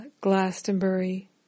Glastonbury